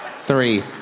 Three